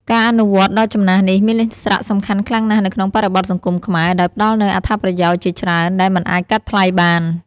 ការអនុវត្តន៍ដ៏ចំណាស់នេះមានសារៈសំខាន់ខ្លាំងណាស់នៅក្នុងបរិបទសង្គមខ្មែរ ដោយផ្ដល់នូវអត្ថប្រយោជន៍ជាច្រើនដែលមិនអាចកាត់ថ្លៃបាន។